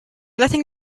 letting